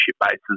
bases